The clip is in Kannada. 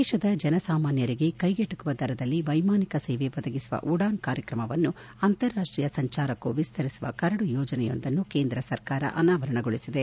ದೇಶದ ಜನ ಸಾಮಾನ್ಥರಿಗೆ ಕೈಗೆಟಕುವ ದರದಲ್ಲಿ ವೈಮಾನಿಕ ಸೇವೆ ಒದಗಿಸುವ ಉಡಾನ್ ಕಾರ್ಯಕ್ರಮವನ್ನು ಅಂತಾರಾಷ್ಷೀಯ ಸಂಚಾರಕ್ಕೂ ವಿಸ್ತರಿಸುವ ಕರಡು ಯೋಜನೆಯೊಂದನ್ನು ಕೇಂದ್ರ ಸರ್ಕಾರ ಅನಾವರಣಗೊಳಿಸಿದೆ